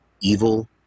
evil